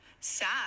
Sad